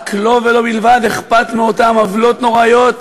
רק לו, ולו בלבד, אכפת מאותן עוולות נוראיות